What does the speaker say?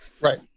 Right